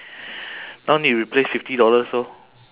now need to replace fifty dollars orh